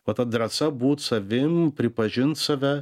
o ta drąsa būt savim pripažint save